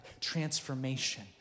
Transformation